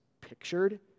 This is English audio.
pictured